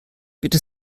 bitte